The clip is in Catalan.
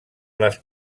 les